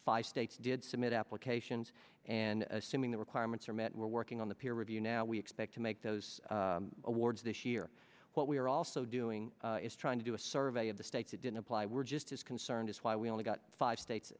five states did submit applications and assuming the requirements are met we're working on the peer review now we expect to make those awards this year what we're also doing is trying to do a survey of the states it didn't apply were just as concerned as why we only got five states